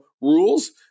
rules